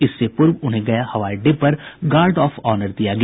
इससे पूर्व उन्हें गया हवाई अड्डे पर गार्ड ऑफ ऑनर दिया गया